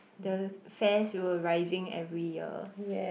the fares were rising every year